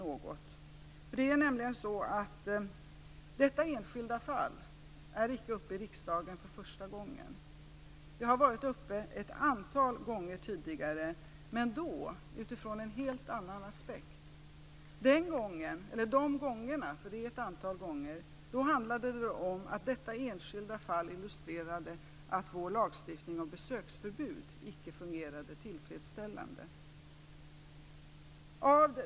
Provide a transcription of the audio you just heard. Det är inte första gången som detta enskilda fall tas upp i riksdagen. Det har varit uppe ett antal gånger tidigare, men då utifrån en helt annan aspekt. De gångerna handlade det om att illustrera att vår lagstiftning om besöksförbud icke fungerade tillfredsställande.